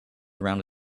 around